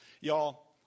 y'all